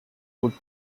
would